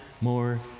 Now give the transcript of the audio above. more